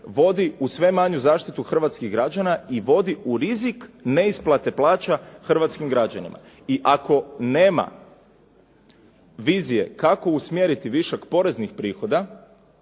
vodi u sve manju zaštitu hrvatskih građana i vodi u rizik neisplate plaća hrvatskim građanima. I ako nema vizije kako usmjeriti višak poreznih prihoda